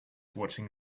watching